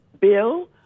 bill